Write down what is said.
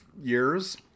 years